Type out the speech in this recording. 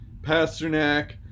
Pasternak